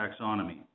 Taxonomy